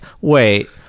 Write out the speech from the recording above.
wait